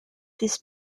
this